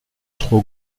trop